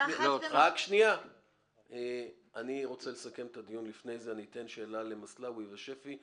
אני רוצה לסכם את הדיון ולפני זה אתן שאלה למסלאוי ושפי,